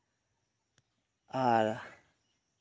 ᱟᱨ